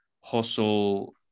hustle